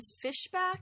Fishback